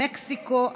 מקסיקו,